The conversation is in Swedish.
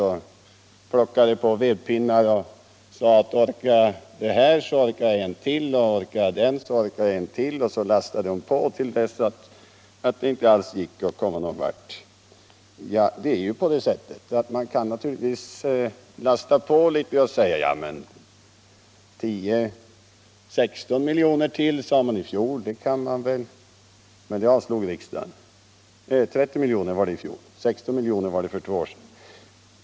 Hon plockade på vedpinnar och sade: ”Orkar jag det här så orkar jag en till, och orkar jag den så orkar jag en till.” Så lastade hon på till dess att det inte alls gick att komma någon vart. På det sättet kan man naturligtvis lasta på med mera pengar till Sveriges Radio — 30 milj.kr. var det i fjol, 16 milj.kr. för två år sedan.